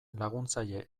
laguntzaile